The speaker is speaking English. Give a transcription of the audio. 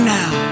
now